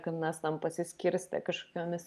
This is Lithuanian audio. kad mes tam pasiskirstę kažkokiomis